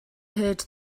heard